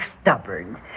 stubborn